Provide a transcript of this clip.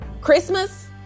Christmas